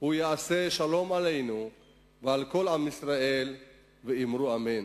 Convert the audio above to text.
הוא יעשה שלום עלינו ועל כל עם ישראל ואמרו אמן".